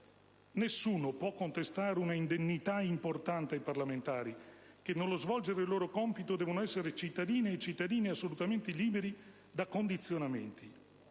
Nessuno può contestare un'indennità importante ai parlamentari che, nello svolgere il loro compito, devono essere cittadine e cittadini assolutamente liberi da condizionamenti.